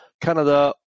Canada